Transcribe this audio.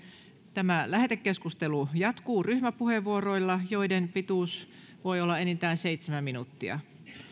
tämä lähetekeskustelu jatkuu ryhmäpuheenvuoroilla joiden pituus voi olla enintään seitsemän minuuttia